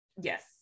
Yes